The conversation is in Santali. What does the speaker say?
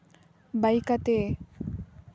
ᱵᱟᱭᱤᱠ ᱟᱛᱮᱫ